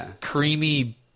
creamy